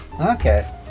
Okay